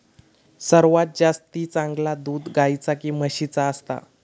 सर्वात जास्ती चांगला दूध गाईचा की म्हशीचा असता?